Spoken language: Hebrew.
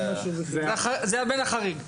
זה הבן החריג.